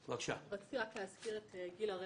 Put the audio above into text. רציתי רק להזכיר את גיל הרכב.